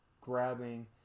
grabbing